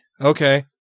Okay